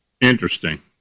Interesting